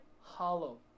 hollow